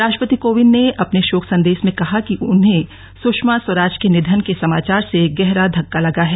राष्ट्रपति कोविंद ने अपने शोक संदेश में कहा कि उन्हें सुषमा स्विराज के निधन के समाचार से गहरा धक्का लगा है